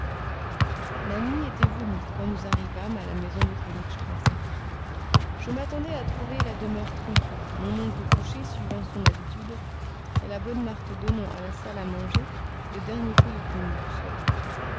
la nuit était venue quand nous arrivâmes à la maison de knig strasse je m'attendais à trouver la demeure tranquille mon oncle couché suivant son habitude et la bonne marthe donnant à la salle à manger le dernier coup de plumeau du soir